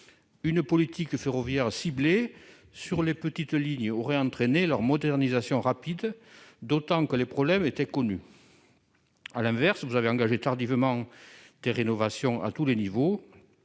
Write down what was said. une politique ferroviaire ciblée sur les petites lignes aurait entraîné leur modernisation rapide, d'autant que les problèmes étaient connu, à l'inverse, vous avez engagé tardivement des rénovations à tous les niveaux,